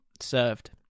served